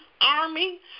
army